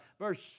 verse